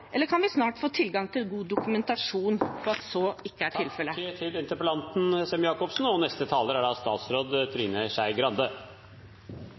eller kan vi snart få tilgang til god dokumentasjon på at så ikke er tilfellet? Vi kan ikke bare mene, vi må også vite. Det er